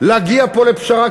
להגיע פה לפשרה.